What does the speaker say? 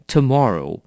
Tomorrow